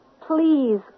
Please